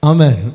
Amen